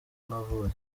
navuye